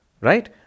right